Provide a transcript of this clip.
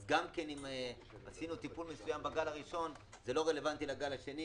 אז גם אם עשינו טיפול מסוים בגל הראשון זה לא רלוונטי לגל השני,